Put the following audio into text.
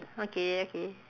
okay okay